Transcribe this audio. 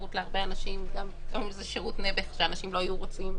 שירות להרבה אנשים גם אם זה שירות --- שאנשים לא היו רוצים,